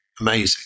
amazing